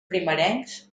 primerencs